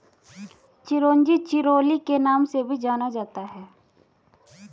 चिरोंजी चिरोली के नाम से भी जाना जाता है